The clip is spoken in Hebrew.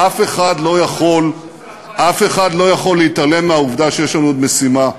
אף אחד לא יכול להתעלם מהעובדה שיש לנו עוד משימה,